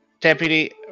Deputy